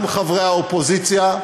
גם חברי האופוזיציה.